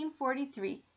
1943